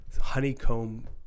honeycomb